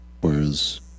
Whereas